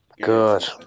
Good